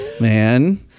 man